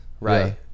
right